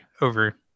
over